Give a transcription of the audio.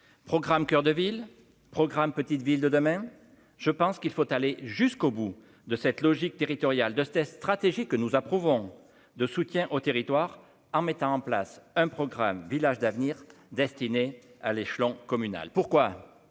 programme Coeur de ville programme Petites Villes de demain, je pense qu'il faut aller jusqu'au bout de cette logique territoriale de test stratégique que nous approuvons de soutien aux territoires en mettant en place un programme Village d'avenir destinés à l'échelon communal, pourquoi,